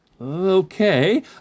Okay